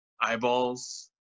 eyeballs